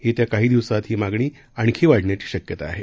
येत्या काही दिवसात ही मागणी आणखी वाढण्याची शक्यता आहे